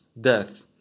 death